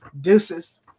Deuces